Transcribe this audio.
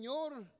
Lord